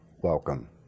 welcome